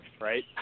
right